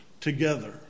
together